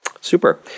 Super